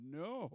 no